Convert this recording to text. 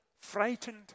frightened